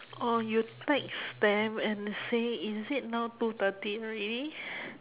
or you text them and say is it now two thirty already